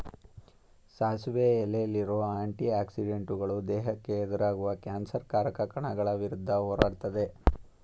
ಸಾಸಿವೆ ಎಲೆಲಿರೋ ಆಂಟಿ ಆಕ್ಸಿಡೆಂಟುಗಳು ದೇಹಕ್ಕೆ ಎದುರಾಗುವ ಕ್ಯಾನ್ಸರ್ ಕಾರಕ ಕಣಗಳ ವಿರುದ್ಧ ಹೋರಾಡ್ತದೆ